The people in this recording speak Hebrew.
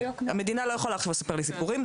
המדינה לא יכולה עכשיו לספר לי סיפורים,